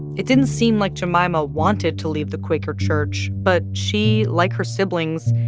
it didn't seem like jemima wanted to leave the quaker church, but she, like her siblings,